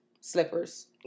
slippers